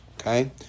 Okay